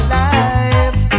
life